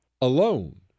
alone